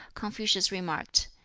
confucius remarked,